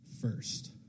first